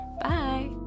Bye